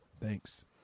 Thanks